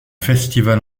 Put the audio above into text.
festival